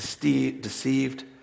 deceived